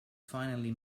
finally